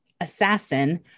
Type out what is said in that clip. assassin